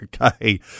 Okay